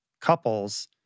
couples